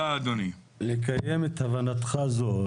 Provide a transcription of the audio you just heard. לקיים את הבנתך זאת.